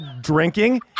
drinking